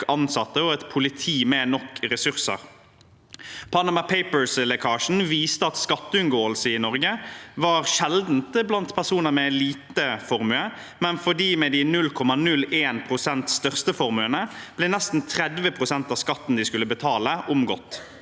og et politi med nok ressurser. Panama Paperslekkasjen viste at skatteunngåelse i Norge var sjeldent blant personer med liten formue, men for dem med de 0,01 pst. største formuene ble nesten 30 pst. av skatten de skulle betale, omgått.